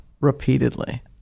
repeatedly